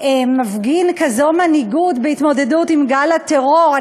מפגין כזו מנהיגות בהתמודדות עם גל הטרור.